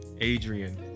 Adrian